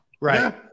Right